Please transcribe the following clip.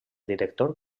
director